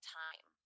time